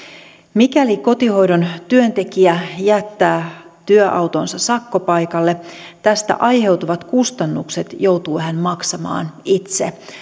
mikäli kotihoidon työntekijä jättää työautonsa sakkopaikalle tästä aiheutuvat kustannukset joutuu hän maksamaan itse